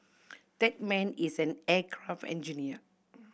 that man is an aircraft engineer